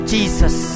Jesus